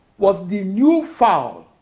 was the new fowl